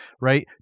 Right